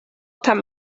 tam